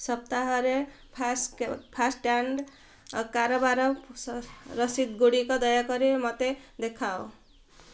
ସପ୍ତାହରେ ଫାସ୍ଟ୍ୟାଗ୍ କାରବାରର ରସିଦ ଗୁଡ଼ିକ ଦୟାକରି ମୋତେ ଦେଖାଅ